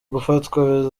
gufatwa